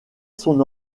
son